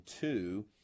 two